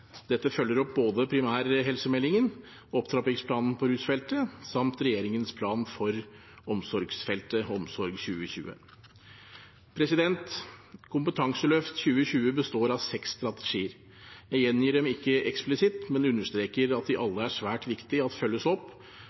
Dette følger opp både primærhelsemeldingen, opptrappingsplanen på rusfeltet og regjeringens plan for omsorgsfeltet, Omsorg 2020. Kompetanseløft 2020 består av seks strategier. Jeg gjengir dem ikke eksplisitt, men understreker at de alle er svært viktige å følge opp for å sikre at